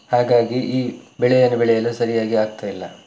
ಹಾಗಾಗಿ ಈ ಬೆಳೆಯನ್ನು ಬೆಳೆಯಲು ಸರಿಯಾಗಿ ಆಗ್ತಾ ಇಲ್ಲ